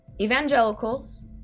Evangelicals